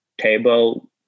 table